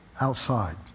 outside